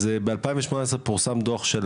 אז ב-2018 פורסם דו"ח של